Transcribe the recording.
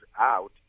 out